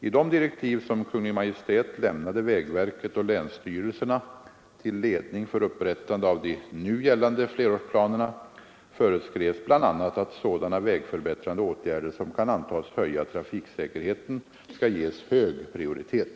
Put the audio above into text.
I de direktiv som Kungl. Maj:t lämnade vägverket och länsstyrelserna till ledning för upprättande av de nu gällande flerårsplanerna föreskrevs bl.a. att sådana vägförbättrande åtgärder som kan antas höja trafiksäkerheten skall ges hög prioritet.